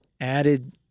Added